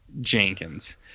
Jenkins